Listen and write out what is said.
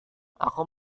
aku